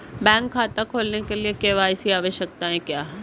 Bank खाता खोलने के लिए के.वाई.सी आवश्यकताएं क्या हैं?